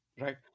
right